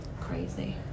crazy